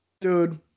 Dude